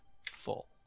full